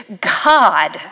God